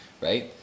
right